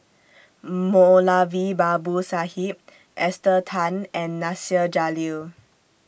Moulavi Babu Sahib Esther Tan and Nasir Jalil